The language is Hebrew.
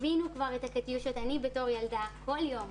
חווינו כבר את הקטיושות, אני בתור ילדה כל יום.